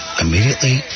immediately